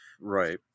Right